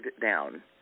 down